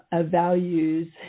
values